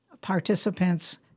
participants